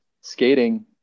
skating